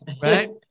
right